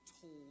told